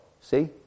See